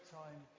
time